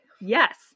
Yes